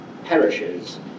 perishes